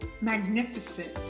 magnificent